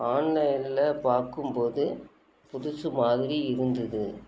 ஆன்லைனில் பார்க்கும்போது புதுசு மாதிரி இருந்தது